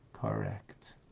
Correct